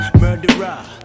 Murderer